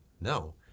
no